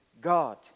God